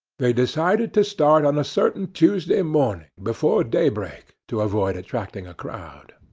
they decided to start on a certain tuesday morning before daybreak, to avoid attracting a crowd.